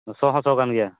ᱥᱚ ᱦᱚᱸ ᱥᱚ ᱠᱟᱱ ᱜᱮᱭᱟ